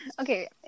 Okay